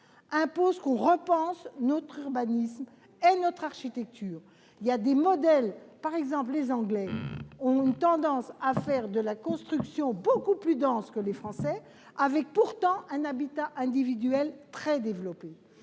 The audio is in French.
imposent que l'on repense notre urbanisme et notre architecture. Il existe des modèles ; les Anglais ont par exemple une tendance à faire de la construction beaucoup plus dense que les Français, avec pourtant un habitat individuel très développé.